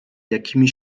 jakimi